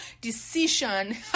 decision